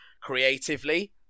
creatively